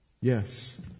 Yes